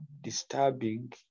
disturbing